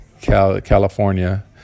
California